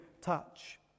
touch